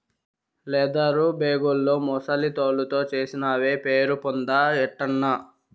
leather బేగుల్లో ముసలి తోలుతో చేసినవే పేరుపొందాయటన్నా